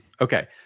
Okay